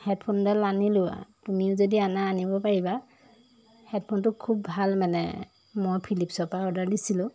হেডফোনডাল আনিলোঁ তুমিও যদি অনা আনিব পাৰিবা হেডফোনটো খুব ভাল মানে মই ফিলিপ্ছৰ পা অৰ্ডাৰ দিছিলোঁ